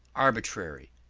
arbitrary,